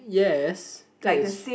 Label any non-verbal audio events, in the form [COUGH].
yes that is [NOISE]